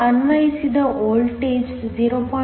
ನಾವು ಅನ್ವಯಿಸಿದ ವೋಲ್ಟೇಜ್ 0